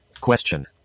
Question